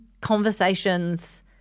conversations